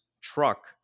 truck